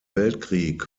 weltkrieg